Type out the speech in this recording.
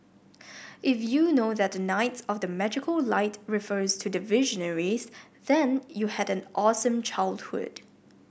if you know that the knights of the magical light refers to the Visionaries then you had an awesome childhood